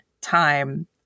time